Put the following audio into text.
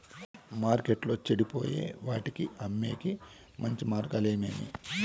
మార్కెట్టులో చెడిపోయే వాటిని అమ్మేకి మంచి మార్గాలు ఏమేమి